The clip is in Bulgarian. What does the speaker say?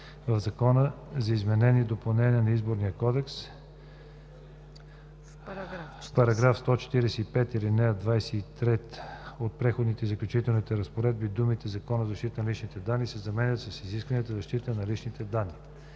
В Закона за изменение и допълнение на Изборния кодекс (обн., ДВ, бр. …) в § 145, ал. 23 от преходните и заключителните разпоредби думите „Закона за защита на личните данни“ се заменят с „изискванията за защита на личните данни“.